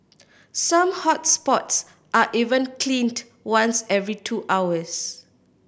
some hot spots are even cleaned once every two hours